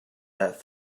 that